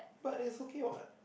but it's okay what